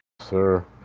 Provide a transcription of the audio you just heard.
Sir